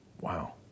Wow